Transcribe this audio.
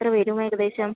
എത്ര വരും ഏകദേശം